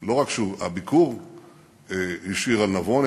לא רק שהביקור השאיר על נבון,